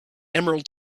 emerald